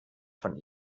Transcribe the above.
von